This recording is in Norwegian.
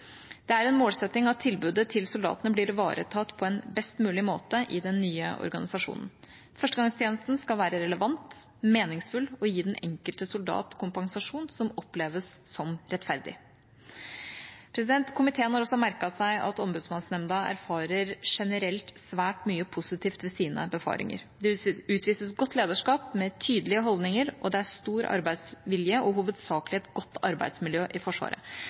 Det er en målsetting at tilbudet til soldatene blir ivaretatt på best mulig måte i den nye organisasjonen. Førstegangstjenesten skal være relevant, meningsfull og gi den enkelte soldat kompensasjon som oppleves som rettferdig. Komiteen har også merket seg at Ombudsmannsnemnda erfarer generelt svært mye positivt ved sine befaringer. Det utvises godt lederskap med tydelige holdninger, og det er stor arbeidsvilje og hovedsakelig et godt arbeidsmiljø i Forsvaret.